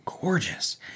gorgeous